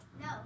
No